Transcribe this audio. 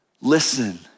Listen